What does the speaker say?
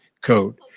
code